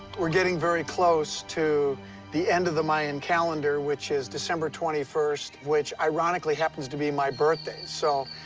we're getting very close to the end of the mayan calendar, which is december twenty first, which, ironically, happens to be my birthday, so.